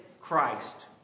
Christ